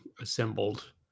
assembled